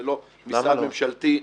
זה לא משרד ממשלתי.